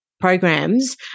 programs